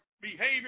behavior